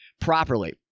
properly